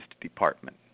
department